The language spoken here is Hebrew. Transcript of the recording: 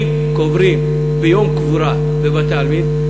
אם קוברים ביום קבורה בבית-העלמין,